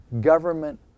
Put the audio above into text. government